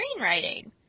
screenwriting